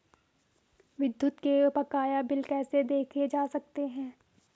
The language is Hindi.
विद्युत के बकाया बिल कैसे देखे जा सकते हैं?